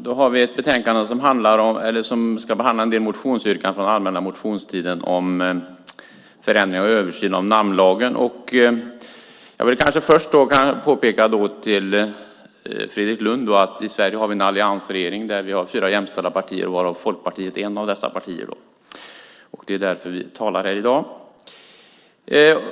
Herr talman! I det här betänkandet behandlas en del motionsyrkanden från den allmänna motionstiden om förändringar och översyn av namnlagen. Jag vill påpeka för Fredrik Lundh att i Sverige har vi en alliansregering med fyra jämställda partier, varav Folkpartiet är ett. Därför talar vi här i dag. Jag